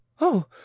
Oh